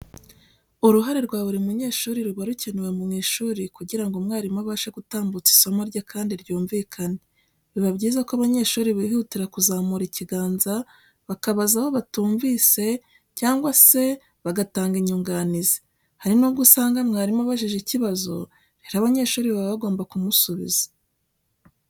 Uruhare rwa buri munyeshuri ruba rukenewe mu ishuri kugira ngo umwarimu abashe gutambutsa isomo rye kandi ryumvikane. Biba byiza ko abanyeshuri bihutira kuzamura ikiganza bakabaza aho batumvise cyangwa se bagatanga inyunganizi. Hari nubwo usanga mwarimu abajije ikibazo, rero abanyeshuri baba bagomba kumusubiza.